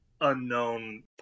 unknown